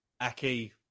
Aki